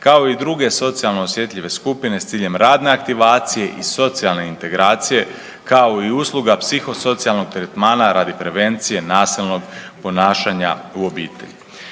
kao i druge socijalno osjetljive skupine s ciljem radne aktivacije i socijalne integracije kao i usluga psihosocijalnog tretmana radi prevencije nasilnog ponašanja u obitelji.